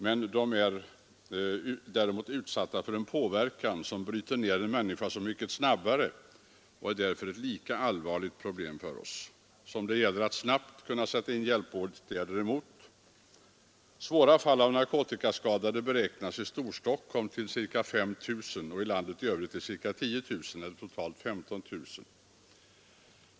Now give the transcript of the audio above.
Men narkomanerna är däremot utsatta för en påverkan som bryter ner en människa så mycket snabbare och är därför ett lika allvarligt problem för oss, som det gäller att snabbt kunna sätta in holm till ca 5 000 och i landet i övrigt till ca 10 000 eller totalt ca Onsdagen den 15 000.